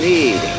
Need